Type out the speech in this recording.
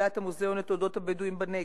שמפעילה את המוזיאון לתולדות הבדואים בנגב.